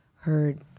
heard